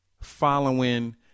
following